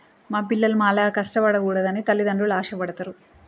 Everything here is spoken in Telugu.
మా పిల్లలు మాలాగా కష్టపడకూడదని తల్లిదండ్రులు ఆశబడతారు